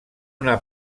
una